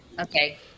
Okay